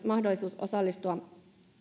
mahdollisuus osallistua